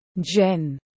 Jen